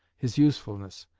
his usefulness,